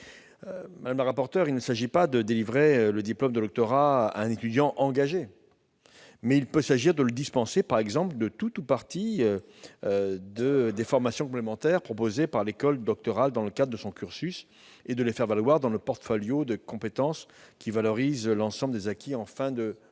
Madame la rapporteur, il ne s'agit pas de délivrer le diplôme du doctorat à un étudiant « engagé ». Mais il peut s'agir de le dispenser, par exemple, de tout ou partie des formations complémentaires proposées par l'école doctorale dans le cadre de son cursus et de les faire valoir dans le portfolio de compétences valorisant l'ensemble des acquis en fin de doctorat.